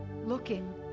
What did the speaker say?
looking